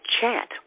chat